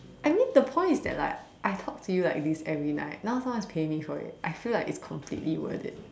I mean the point is that like I talk to you like this every night now now someone is paying me for it I feel like it's completely worth it